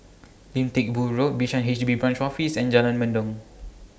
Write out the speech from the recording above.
Lim Teck Boo Road Bishan H B Branch Office and Jalan Mendong